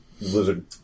lizard